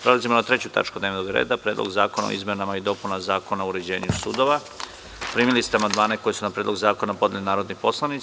Prelazimo na 3. tačku dnevnog reda – PREDLOG ZAKONA O IZMENAMA I DOPUNAMA ZAKONA O UREĐENjU SUDOVA Primili ste amandmane koje su na Predlog zakona podneli narodni poslanici.